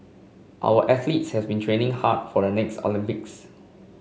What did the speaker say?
our athletes have been training hard for the next Olympics